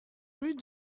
rue